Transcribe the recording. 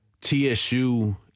TSU